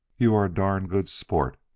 you are a darn good sport.